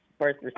first